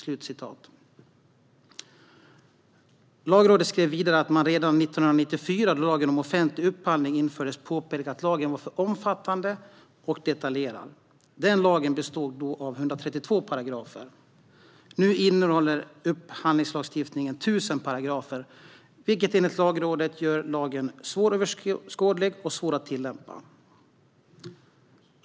Lagrådet skriver vidare att man redan 1994, då lagen om offentlig upphandling infördes, påpekade att lagen var för omfattande och detaljerad. Den lagen bestod då av 132 paragrafer. Nu innehåller upphandlingslagstiftningen 1 000 paragrafer, vilket enligt Lagrådet gör lagen svåröverskådlig och svår att tillämpa.